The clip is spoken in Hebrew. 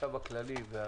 החשב הכללי והזה,